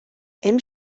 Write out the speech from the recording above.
hemm